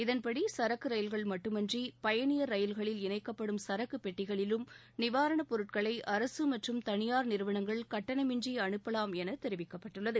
இதன்படி சரக்கு ரயில்கள் மட்டுமின்றி பயணியர் ரயில்களில் இணைக்கப்படும் சரக்குப் பெட்டிகளிலும் நிவாரணப் பொருட்களை அரசு மற்றும் தனியார் நிறுவனங்கள் கட்டணமின்றி அனுப்பலாம் என தெரிவிக்கப்பட்டுள்ளது